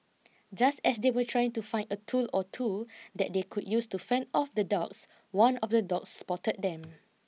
just as they were trying to find a tool or two that they could use to fend off the dogs one of the dogs spotted them